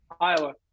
Iowa